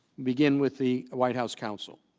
began with the white house counsel